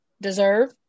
deserve